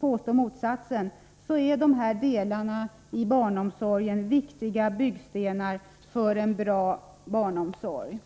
påstå motsatsen är dessa delar viktiga byggstenar för en bra barnomsorg.